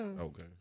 Okay